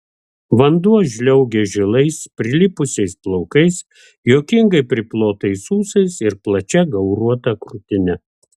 vanduo žliaugė žilais prilipusiais plaukais juokingai priplotais ūsais ir plačia gauruota krūtine